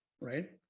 Right